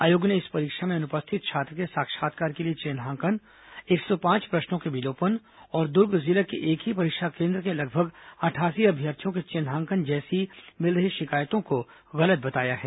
आयोग ने इस परीक्षा में अनुपस्थित छात्र के साक्षात्कार के लिए चिन्हांकन एक सौ पांच प्रश्नों के विलोपन और दुर्ग जिले के एक ही परीक्षा केन्द्र के लगभग अठासी अभ्यर्थियों के चिन्हांकन जैसी मिल रही शिकायतों को गलत बताया है